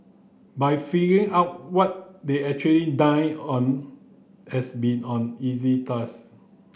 but figuring out what they actually dined on has been on easy task